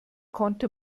konnte